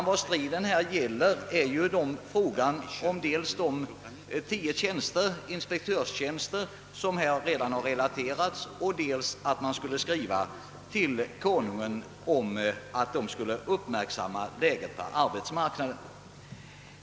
Vad striden här gäller är dels frågan om de 10 inspektörstjänster som här nämnts, dels kravet att riksdagen i skrivelse till Kungl. Maj:t hemställer om att läget på arbetsmarknaden uppmärksammas.